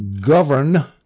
govern